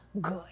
good